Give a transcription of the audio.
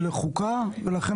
חה"כ טופורובסקי, בבקשה.